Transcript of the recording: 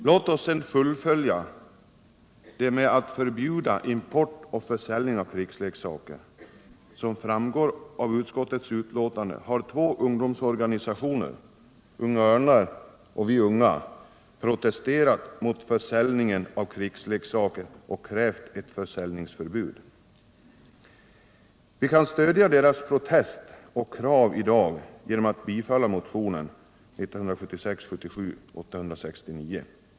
Låt oss sedan fullfölja det med att förbjuda import och försäljning av krigsleksaker. Som framgår av utskottets betänkande har två ungdomsorganisationer, Unga Örnar och Vi Unga, protesterat mot försäljningen av krigsleksaker och krävt ett försäljningsförbud. Vi kan stödja deras protest och krav i dag genom att bifalla motionen 1976/77:869.